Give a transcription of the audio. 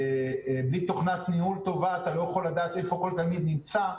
בלי תוכנת ניהול טובה אתה לא יכול לדעת איפה כל תלמיד נמצא,